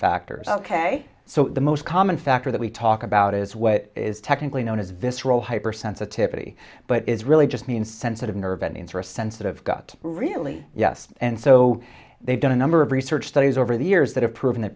factors ok so the most common factor that we talk about is what is technically known as visceral hyper sensitivity but is really just mean sensitive nerve endings are a sensitive got really yes and so they've done a number of research studies over the years that have proven that